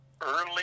early